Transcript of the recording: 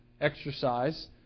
exercise